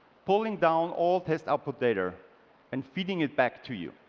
pulling down all test output data and feeding it back to you.